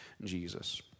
Jesus